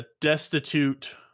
destitute